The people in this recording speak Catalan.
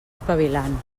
espavilant